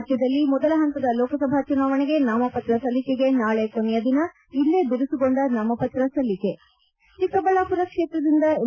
ರಾಜ್ಯದಲ್ಲಿ ಮೊದಲ ಹಂತದ ಲೋಕಸಭಾ ಚುನಾವಣೆಗೆ ನಾಮಪತ್ರ ಸಲ್ಲಿಕೆಗೆ ನಾಳೆ ಕೊನೆ ದಿನ ಇಂದೇ ಬಿರುಸುಗೊಂಡ ನಾಮಪತ್ರ ಸಲ್ಲಿಕೆ ಚಿಕ್ಕಬಳ್ಳಾಪುರ ಕ್ಷೇತ್ರದಿಂದ ಎಂ